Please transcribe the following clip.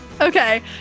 Okay